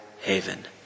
haven